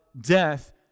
death